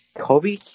Kobe